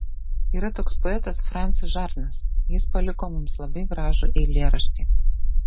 yra toks poetas fransis žarnas jis paliko mums labai gražų eilėraštį